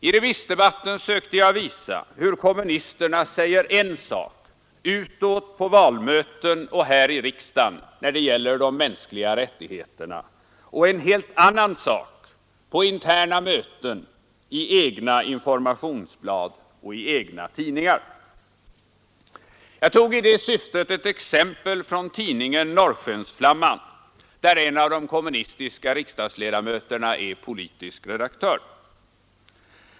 I remissdebatten sökte jag visa hur kommunisterna säger en sak utåt på valmöten och här i riksdagen när det gäller de mänskliga rättigheterna och en helt annan sak på interna möten, i egna informationsblad och i egna tidningar. Jag tog i det syftet ett exempel från tidningen Norrskensflamman, där en av de kommunistiska riksdagsledamöterna är politisk redaktör.